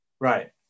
right